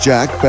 Jack